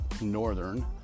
northern